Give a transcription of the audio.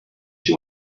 you